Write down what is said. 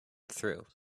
through